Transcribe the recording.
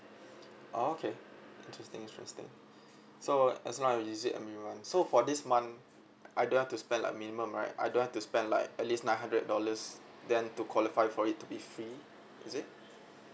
oh okay interesting interesting so as long I use it every month so for this month I don't have to spend like a minimum right I don't have to spend like at least nine hundred dollars then to qualify for it to be free is it